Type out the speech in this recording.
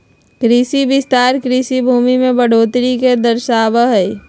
कृषि विस्तार कृषि भूमि में बढ़ोतरी के दर्शावा हई